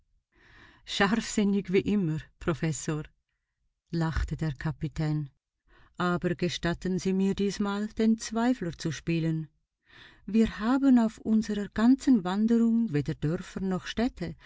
scharfsinnig wie immer professor lachte der kapitän aber gestatten sie mir diesmal den zweifler zu spielen wir haben auf unserer ganzen wanderung weder dörfer noch städte